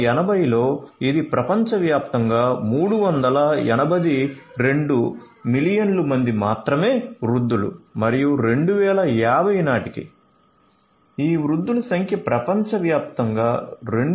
1980 లో ఇది ప్రపంచవ్యాప్తంగా 382 మిలియన్ల మంది మాత్రమే వృద్ధులు మరియు 2050 నాటికి ఈ వృద్ధుల సంఖ్య ప్రపంచవ్యాప్తంగా 2